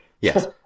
Yes